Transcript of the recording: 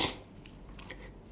wearing a seatbelt